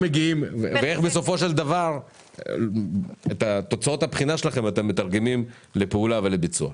ואיך בסופו של דבר את תוצאות הבחינה שלכם אתם מתרגמים לפעולה ולביצוע.